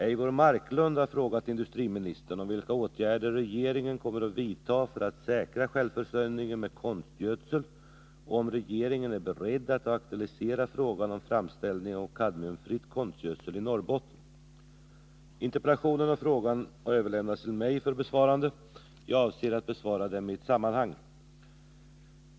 Eivor Marklund har frågat industriministern om vilka åtgärder regeringen kommer att vidta för att säkra självförsörjningen med konstgödsel och om regeringen är beredd att aktualisera frågan om framställning av kadmiumfri konstgödsel i Norrbotten. Interpellationen och frågan har överlämnats till mig för besvarande. Jag avser att besvara dem i ett sammanhang.